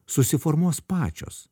susiformuos pačios